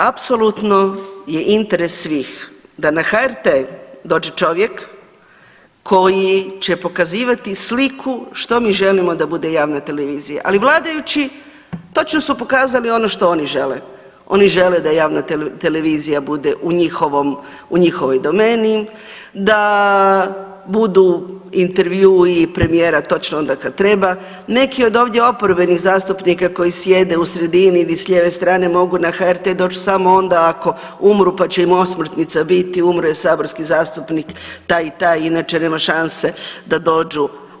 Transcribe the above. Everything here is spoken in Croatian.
Apsolutno je interes svih da na HRT dođe čovjek koji će pokazivati sliku što mi želimo da bude javna televizija, ali vladajući točno su pokazali ono što oni žele, oni žele da javna televizija bude u njihovoj domeni, da budu intervjui premijera točno onda kad treba, neki od ovdje oporbenih zastupnika koji sjede u sredini ili s lijeve strane mogu na HRT doći samo onda ako umru pa će im osmrtnica biti, umro je saborski zastupnik taj i taj, inače nema šanse da dođu.